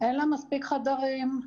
אין לה מספיק חדרים,